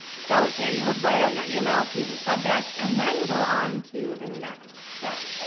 so here you would write out your email, choose your subject, and then go on to the next step.